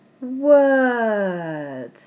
word